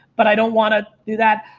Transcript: but i don't want to do that.